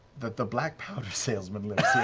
that the black powder salesman lives here.